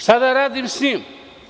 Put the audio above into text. Šta da radim sa njim?